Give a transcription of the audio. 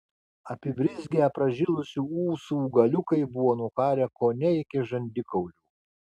apibrizgę pražilusių ūsų galiukai buvo nukarę kone iki žandikaulių